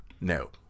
No